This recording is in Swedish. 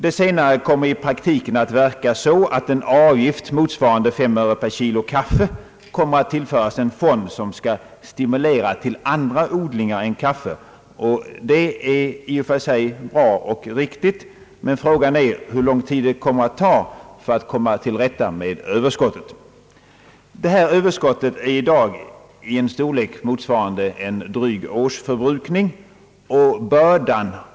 Det senare kommer i praktiken att verka så att en avgift av fem öre per kilo kaffe kommer att tillföras den fond som skall stimulera till andra odlingar än kaffe. Det är i och för sig bra och riktigt, men frågan är hur lång tid som behövs för att komma till rätta med överskottet. Detta överskott är i dag av den storleken att det motsvarar en dryg årsförbrukning, och bördan.